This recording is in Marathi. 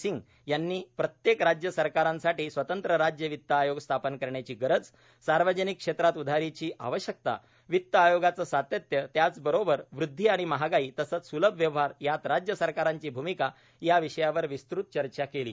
सिंग यांनी प्रत्येक राज्य सरकारसाठी स्वतंत्र राज्य वित्त आयोग स्थापन करण्याची गरज सार्वजनिक क्षेत्रात उधारीची आवश्यकता वित्त आयोगाचं सातत्य त्याचबरोबर वृद्धी आणि महागाई तसंच स्लभ व्यवहार यात राज्य सरकारांची भूमिका या विषयांवर विस्तृत चर्चा केली